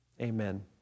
amen